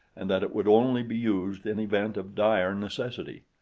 and that it would only be used in event of dire necessity.